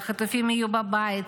והחטופים יהיו בבית,